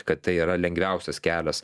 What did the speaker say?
kad tai yra lengviausias kelias